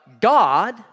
God